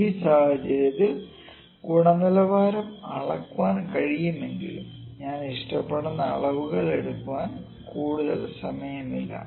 ഈ സാഹചര്യത്തിൽ ഗുണനിലവാരം അളക്കാൻ കഴിയുമെങ്കിലും ഞാൻ ഇഷ്ടപ്പെടുന്ന അളവുകൾ എടുക്കാൻ കൂടുതൽ സമയമില്ല